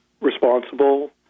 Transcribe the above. responsible